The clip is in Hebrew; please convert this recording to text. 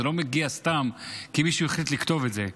זה לא מגיע סתם כי מישהו החליט לכתוב את זה.